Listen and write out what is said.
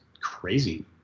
crazy